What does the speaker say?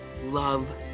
love